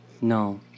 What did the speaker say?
No